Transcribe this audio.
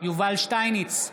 יובל שטייניץ,